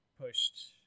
pushed